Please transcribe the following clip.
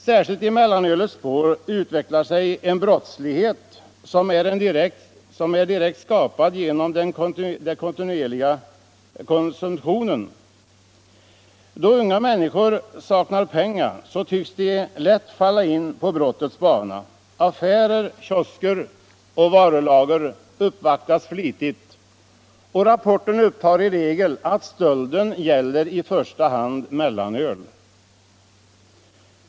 Särskilt i mellanölets spår utvecklar sig en brottslighet som är direkt skapad genom den kontinuerliga konsumtionen. Då unga människor saknar pengar tycks de lätt halka in på brottets bana. Affärer, kiosker och varulager hemsöks flitigt, och rapporterna säger i regel att stölden gäller i första hand mellanöl.